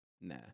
nah